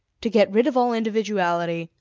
to get rid of all individuality,